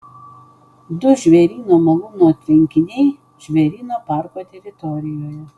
du žvėryno malūno tvenkiniai žvėryno parko teritorijoje